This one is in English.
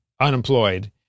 unemployed